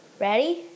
Ready